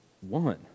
one